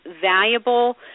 valuable